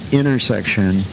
intersection